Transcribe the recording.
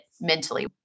mentally